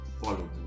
follow